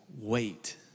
wait